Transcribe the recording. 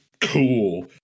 cool